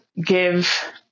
give